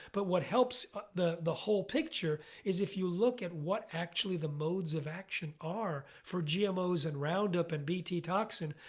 but what helps the the whole picture is if you look at what actually the modes of action are for gmos and roundup and bt toxin,